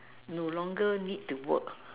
no longer need to work